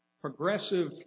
progressive